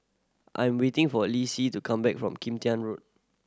I'm waiting for Leslee to come back from Kim Tian Road